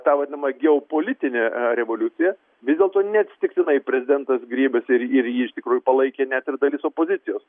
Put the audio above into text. tą vadinamą geopolitinę revoliuciją vis dėlto neatsitiktinai prezidentas griebiasi ir ir jį iš tikrųjų palaikė net ir dalis opozicijos